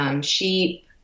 sheep